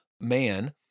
man